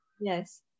yes